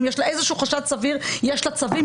אם יש לה איזשהו חשד סביר, יש לה צווים.